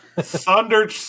Thunder